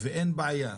ואין בעיה,